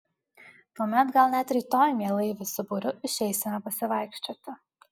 tuomet gal net rytoj mielai visi būriu išeisime pasivaikščioti